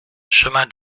chemin